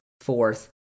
fourth